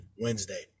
Wednesday